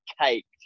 caked